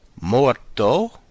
Morto